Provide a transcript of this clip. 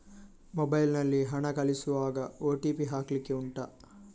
mobile ನಲ್ಲಿ ಹಣ ಕಳಿಸುವಾಗ ಓ.ಟಿ.ಪಿ ಹಾಕ್ಲಿಕ್ಕೆ ಉಂಟಾ